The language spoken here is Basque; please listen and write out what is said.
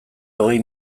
hogei